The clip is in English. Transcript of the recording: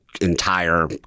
entire